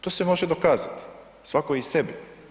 To se može dokazati, svatko i sebi.